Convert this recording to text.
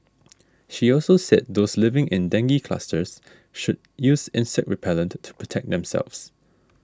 she also said those living in dengue clusters should use insect repellent to protect themselves